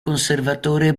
conservatore